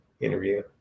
interview